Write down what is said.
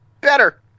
better